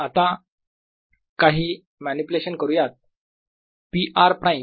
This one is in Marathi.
1।r r।dV आता काही मॅनिप्युलेशन करूयात p r प्राईम